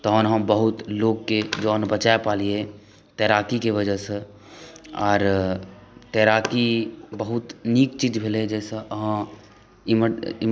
तहन हम बहुत लोककेँ जान बचा पलियै तैराकीके वजहसँ आर तैराकी बहुत नीक चीज भेलै जाहिसँ अहाँ इम्हर